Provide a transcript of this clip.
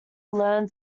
learn